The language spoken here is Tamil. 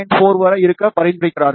45 வரை இருக்க பரிந்துரைக்கிறார்கள்